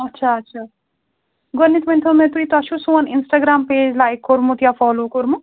اَچھا اَچھا گۄڈنٮ۪تھ ؤنۍ تو مےٚ تُہۍ تۄہہِ چھُو سون اِنسٹاگرٛام پیج لایِک کوٚرمُت یا فالوٗ کوٚرمُت